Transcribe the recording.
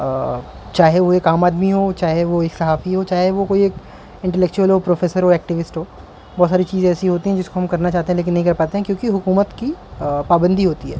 چاہے وہ ایک عام آدمی ہو چاہے وہ ایک صحافی ہو چاہے وہ کوئی ایک انٹلیکچوئل ہو پروفیسر ہو ایکٹیوسٹ ہو بہت ساری چیز ایسی ہوتی ہیں جس کو ہم کرنا چاہتے ہیں لیکن نہیں کر پاتے ہیں کیونکہ حکومت کی پابندی ہوتی ہے